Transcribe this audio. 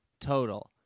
total